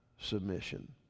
submission